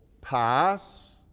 pass